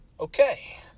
Okay